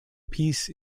piece